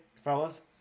fellas